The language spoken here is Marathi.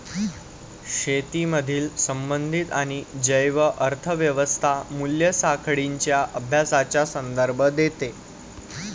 शेतीमधील संबंधित आणि जैव अर्थ व्यवस्था मूल्य साखळींच्या अभ्यासाचा संदर्भ देते